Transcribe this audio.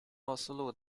奥斯陆